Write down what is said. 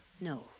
No